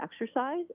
exercise